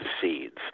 seeds